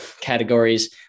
categories